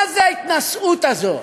מה זאת ההתנשאות הזאת?